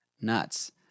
nuts